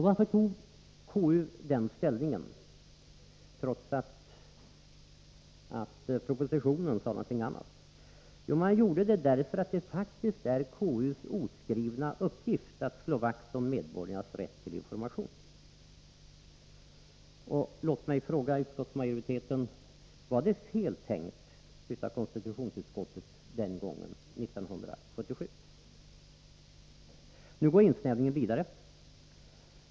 Varför tog KU den ställningen, trots att det i propositionen föreslogs någonting annat? Jo, man gjorde det därför att det faktiskt är konstitutionsutskottets oskrivna uppgift att slå vakt om medborgarnas rätt till information. Låt mig fråga utskottsmajoriteten: Var det fel tänkt av konstitutionsutskottet den gången, alltså 1977? Nu fortsätter insnävningen.